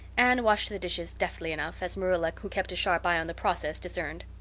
anne washed the dishes deftly enough, as marilla who kept a sharp eye on the process, discerned.